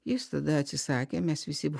jis tada atsisakė mes visi